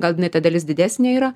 gal inai ta dalis didesnė yra